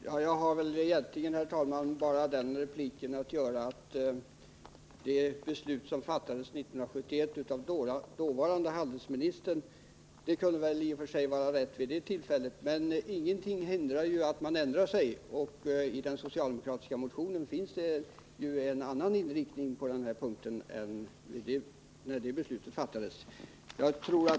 Herr talman! Jag har egentligen, herr talman, bara att replikera att det beslut som fattades 1971 av dåvarande handelsministern i och för sig kunde vara riktigt vid det tillfället, men ingenting hindrar ju att man ändrar sig. I den socialdemokratiska motionen finns det nu en annan inriktning på den punkten än när det beslutet fattades.